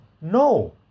No